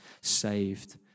Saved